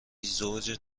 زوج